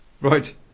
right